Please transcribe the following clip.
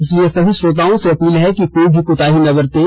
इसलिए सभी श्रोताओं से अपील है कि कोई भी कोताही ना बरतें